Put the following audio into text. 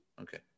Okay